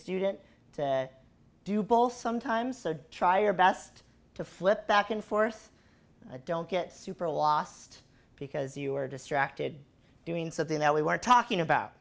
student to do both sometimes try your best to flip back and forth don't get super lost because you're distracted doing something that we weren't talking about